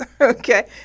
Okay